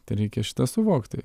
tai reikia šitą suvokti